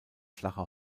flache